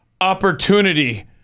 Opportunity